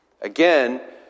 Again